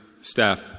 staff